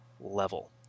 level